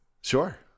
Sure